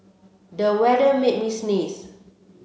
the weather made me sneeze